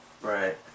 Right